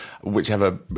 whichever